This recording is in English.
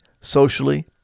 socially